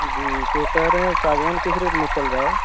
जी तो कह रहें सागवान किस रेट में चल रहा है